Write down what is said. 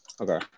Okay